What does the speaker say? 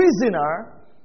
prisoner